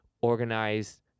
organized